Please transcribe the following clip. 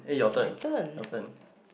my turn